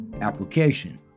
application